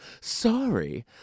Sorry